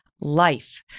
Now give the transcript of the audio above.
life